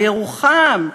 לירוחם.